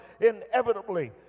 inevitably